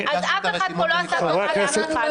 אז אף אחד פה לא עשה טובה לאף אחד.